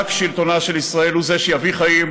רק שלטונה של ישראל הוא זה שיביא חיים,